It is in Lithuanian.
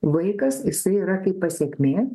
vaikas jisai yra kaip pasekmė